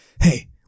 hey